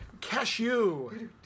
Cashew